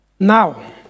Now